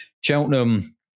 Cheltenham